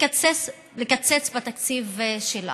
לקצץ בתקציב שלה.